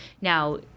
Now